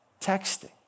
texting